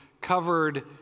covered